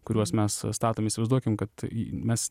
kuriuos mes statom įsivaizduokim kad mes